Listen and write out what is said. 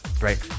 Right